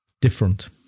different